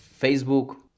Facebook